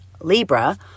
Libra